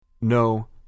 No